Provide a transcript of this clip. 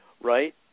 Right